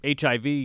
HIV